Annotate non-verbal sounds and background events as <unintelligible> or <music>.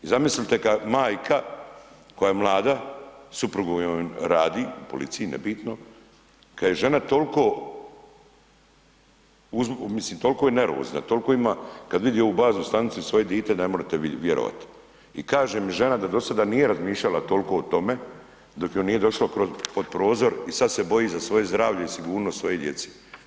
I zamislite kad majka, koja je mlada, suprug ... <unintelligible> joj radi u policiji, nebitno, kad je žena toliko, mislim tol'ko je nervozna, tol'ko ima, kad vidi ovu baznu stanicu i svoje dite, da ne morete vjerovat, i kaže mi žena da do sada nije razmišljala tol'ko o tome dok joj nije došlo pod prozor i sad se boji za svoje zdravlje i sigurnost svoje djece.